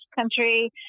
country